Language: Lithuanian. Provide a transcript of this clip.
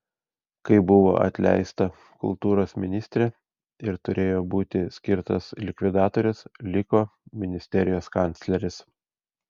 kai buvo atleista kultūros ministrė ir turėjo būti skirtas likvidatorius liko ministerijos kancleris